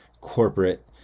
corporate